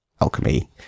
alchemy